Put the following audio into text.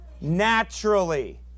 Naturally